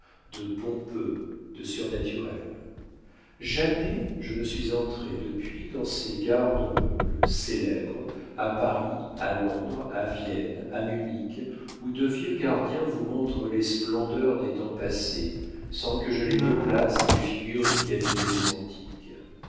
de pompeux de surnaturel jamais je ne suis entré depuis dans ces garde-meubles célèbres à paris à londres à vienne à munich où de vieux gardiens vous montrent les splendeurs des temps passés sans que je les peuplasse des figures du cabinet des antiques